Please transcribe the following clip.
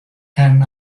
can